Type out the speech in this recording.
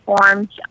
forms